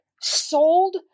sold